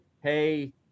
Hey